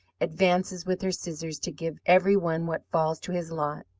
advances with her scissors to give every one what falls to his lot.